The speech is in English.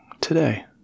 today